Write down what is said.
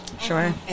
Sure